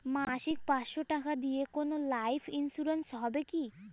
মাসিক পাঁচশো টাকা দিয়ে কোনো লাইফ ইন্সুরেন্স হবে কি?